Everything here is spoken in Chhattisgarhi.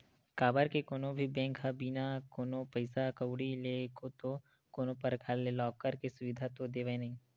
काबर के कोनो भी बेंक ह बिना कोनो पइसा कउड़ी ले तो कोनो परकार ले लॉकर के सुबिधा तो देवय नइ